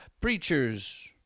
preachers